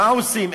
מה עושים?